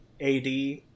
AD